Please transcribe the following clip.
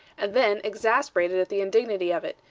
and then exasperated at the indignity of it,